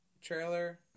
trailer